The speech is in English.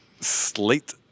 slate